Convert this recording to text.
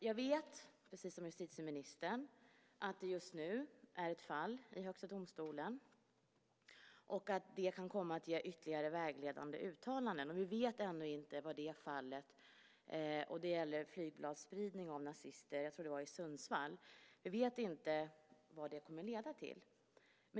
Jag vet, precis som justitieministern, att det just nu är ett fall i Högsta domstolen och att det kan komma att ge ytterligare vägledande uttalanden. Vi vet ännu inte vad det fallet - det gäller spridning av flygblad av nazister i Sundsvall - kommer att leda till.